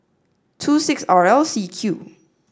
two six R L C Q